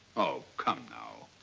oh, come now.